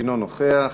אינו נוכח,